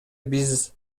биз